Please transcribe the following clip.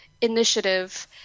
Initiative